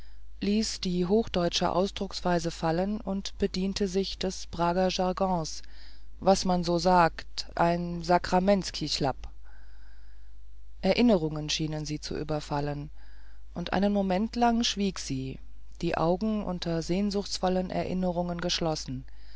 ließ die hochdeutsche ausdrucksweise fallen und bediente sich des prager jargons was man so sagt ein sakramensky chlap erinnerungen schienen sie zu überfallen und einen moment lang schwieg sie die augen unter sehnsuchtsvollen erinnerungen geschlossen